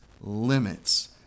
limits